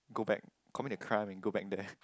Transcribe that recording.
go back coming to climb and go back there